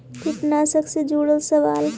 कीटनाशक से जुड़ल सवाल?